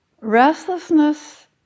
Restlessness